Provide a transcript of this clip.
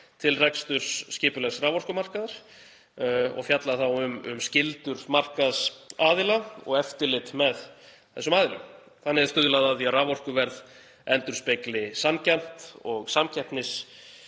til reksturs skipulegs raforkumarkaðar, skyldur markaðsaðila og eftirlit með þessum aðilum. Þannig er stuðlað að því að raforkuverð endurspegli sanngjarnt og samkeppnishæft